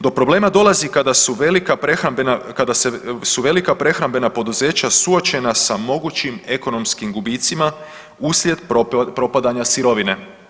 Do problema dolazi kada su velika prehrambena, kada se, su velika prehrambena poduzeća suočena sa mogućim ekonomskim gubicima uslijed propadanja sirovine.